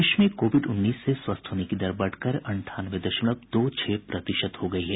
प्रदेश में कोविड उन्नीस से स्वस्थ होने की दर बढ़कर अंठानवे दशमलव दो छह प्रतिशत हो गयी है